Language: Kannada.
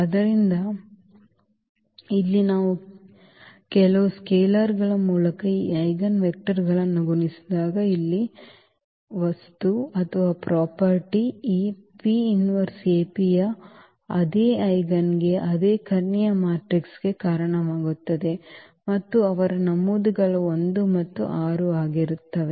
ಆದ್ದರಿಂದ ಇಲ್ಲಿ ನಾವು ಕೆಲವು ಸ್ಕೇಲರುಗಳ ಮೂಲಕ ಈ ಐಜೆನ್ ವೆಕ್ಟರ್ ಗಳಿಗೆ ಗುಣಿಸಿದಾಗ ಇಲ್ಲಿ ವಸ್ತು ಈ ಯು ಅದೇ ಐಜೆನ್ಗೆ ಅದೇ ಕರ್ಣೀಯ ಮ್ಯಾಟ್ರಿಕ್ಸ್ಗೆ ಕಾರಣವಾಗುತ್ತದೆ ಮತ್ತು ಅವರ ನಮೂದುಗಳು 1 ಮತ್ತು 6 ಆಗಿರುತ್ತದೆ